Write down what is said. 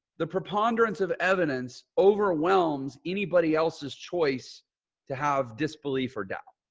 the preponderance of evidence overwhelms anybody else's choice to have disbelief or doubt.